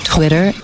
Twitter